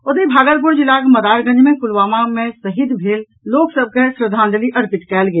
ओतहि भागलपुर जिलाक मदारगंज मे पुलवामा के शहीद लोकनि के श्रद्धांजलि अर्पित कयल गेल